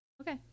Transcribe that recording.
Okay